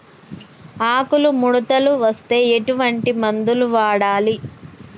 ఆకులు ముడతలు వస్తే ఎటువంటి మందులు వాడాలి?